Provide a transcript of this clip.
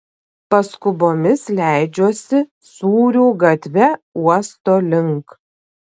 paskubomis leidžiuosi sūrių gatve uosto link